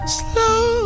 slow